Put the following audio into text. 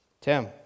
Tim